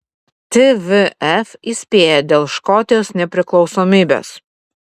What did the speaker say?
tvf įspėja dėl škotijos nepriklausomybės